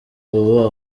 ubu